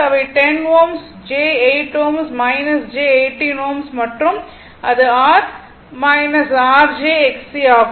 அவை 10 Ω j8 Ω j18 Ω மற்றும் அது r r j X E ஆகும்